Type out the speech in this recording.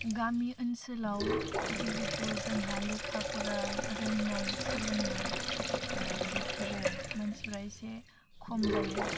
गामि ओनसोलाव जिहेथु जोंहा लेखा फरा रोंनाय सोलोंनाय बेफोरो मानसिफ्रा एसे खम जायो